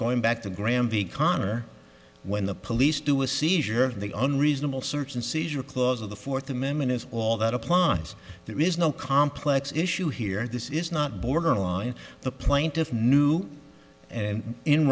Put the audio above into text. going back to granby connor when the police do a seizure of the only reasonable search and seizure clause of the fourth amendment is all that applies there is no complex issue here and this is not borderline the plaintiff knew and in